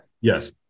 yes